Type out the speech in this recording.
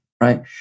Right